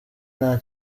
nta